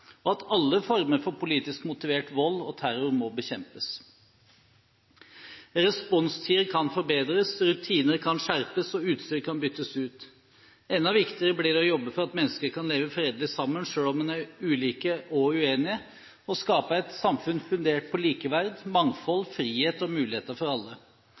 bekjempes. Responstider kan forbedres, rutiner kan skjerpes og utstyr kan byttes ut. Enda viktigere blir det å jobbe for at mennesker kan leve fredelig sammen selv om man er ulike og uenige, og skape et samfunn fundert på likeverd, mangfold, frihet og muligheter for alle.